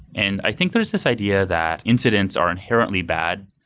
and i think there's this idea that incidents are inherently bad,